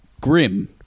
Grim